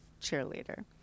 cheerleader